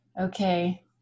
Okay